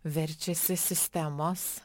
verčiasi sistemos